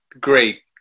great